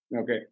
Okay